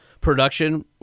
production